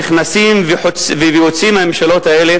נכנסות ויוצאות מהממשלות האלה